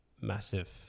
massive